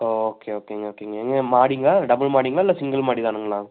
okay ஓகேங்க ஓகேங்க எங்கே மாடிங்களா டபுள் மாடிங்களா இல்லை சிங்கிள் மாடிதானுங்களா